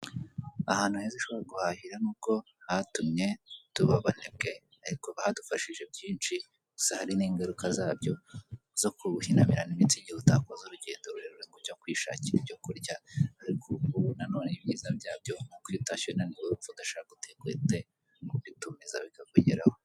Ahantu heza ushobora guhahira n'ubwo hatumye tuba abanebwe ariko hadufashije byinshi, gusa hari n'ingaruka zabyo zo guhinamirana imitsi, igihe utakoze urugendo rurerure kujya kwishakira ibyo kurya ariko ubu nano ibyiza byabyo kuko iyo utashye unaniwe wumva udashaka guteka uhita kubitumiza bikakugeraho.